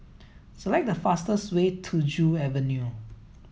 select the fastest way to Joo Avenue